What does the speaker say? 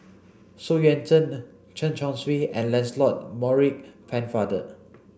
Xu Yuan Zhen Chen Chong Swee and Lancelot Maurice Pennefather